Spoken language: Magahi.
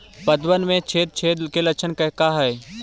पतबन में छेद छेद के लक्षण का हइ?